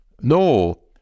no